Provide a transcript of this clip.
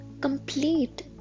complete